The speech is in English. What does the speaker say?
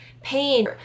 Pain